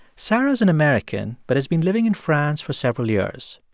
sarah's an american but has been living in france for several years.